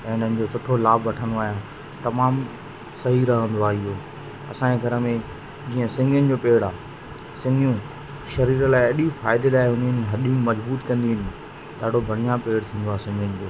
ऐं इन जो सुठो लाभ वठंदो आहियां तमामु सही रहंदो आहे इहो असांजे घर में जीअं सिंङिन जो पेड़ आहे सिङियूं शरीर लाइ एॾी फ़ाइदे लाइ हूदियूं आहिनि हॾियूं मजबूत कंदियूं आहिनि ॾाढो बढ़ियां पेड़ थींदो आहे सिङिन जो